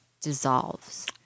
dissolves